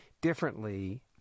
differently